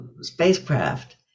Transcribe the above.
spacecraft